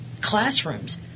classrooms